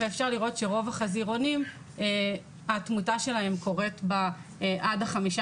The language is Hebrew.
ואפשר לראות שהתמותה של רוב החזירונים קורית עד חמישה